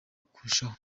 kurushaho